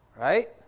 right